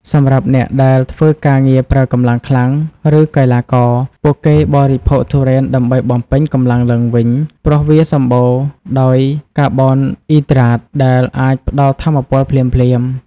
សម្រាប់អ្នកដែលធ្វើការងារប្រើកម្លាំងខ្លាំង ឬកីឡាករ ពួកគេបរិភោគទុរេនដើម្បីបំពេញកម្លាំងឡើងវិញ ព្រោះវាសម្បូរដោយកាបូអ៊ីដ្រាតដែលអាចផ្តល់ថាមពលភ្លាមៗ។